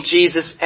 Jesus